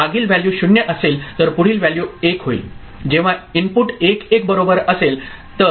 मागील व्हॅल्यू 0 असेल तर पुढील व्हॅल्यू 1 होईल जेव्हा इनपुट 1 1 बरोबर असेल तर